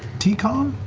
t-con?